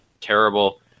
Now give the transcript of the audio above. terrible